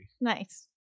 Nice